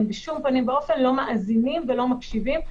הם בשום פנים ואופן לא מאזינים ולא מקשיבים.